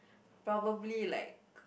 probably like